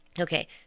Okay